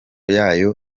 yayo